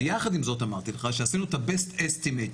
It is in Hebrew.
ויחד עם זאת אמרתי לך שעשינו את ההערכה הכי טובה שלנו